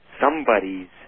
somebody's